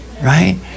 right